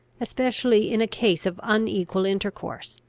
especially in a case of unequal intercourse,